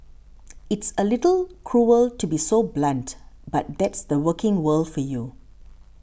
it's a little cruel to be so blunt but that's the working world for you